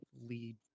lead